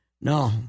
No